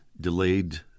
delayed